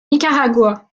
nicaragua